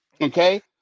Okay